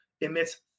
emits